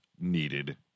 needed